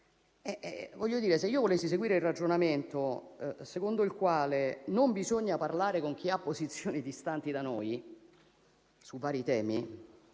se io volessi seguire il ragionamento secondo il quale non bisogna parlare con chi ha posizioni distanti da noi su vari temi,